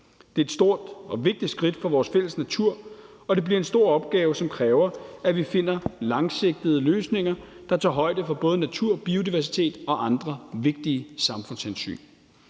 Det er et stort og vigtigt skridt for vores fælles natur, og det bliver en stor opgave, som kræver, at vi finder langsigtede løsninger, der tager højde for både natur, biodiversitet og andre vigtige samfundshensyn.